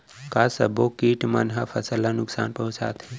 का सब्बो किट मन ह फसल ला नुकसान पहुंचाथे?